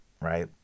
right